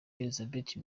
elizabeth